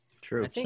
True